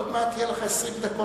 עוד מעט יהיו לך 20 דקות.